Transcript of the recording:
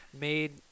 made –